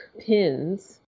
pins